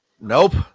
Nope